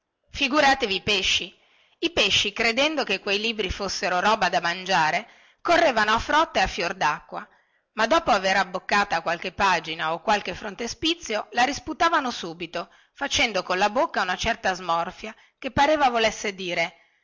figuratevi i pesci i pesci credendo che quei libri fossero roba da mangiare correvano a frotte a fior dacqua ma dopo avere abboccata qualche pagina o qualche frontespizio la risputavano subito facendo con la bocca una certa smorfia che pareva volesse dire